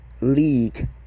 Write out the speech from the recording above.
league